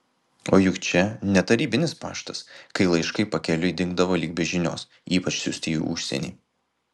o juk čia ne tarybinis paštas kai laiškai pakeliui dingdavo lyg be žinios ypač siųsti į užsienį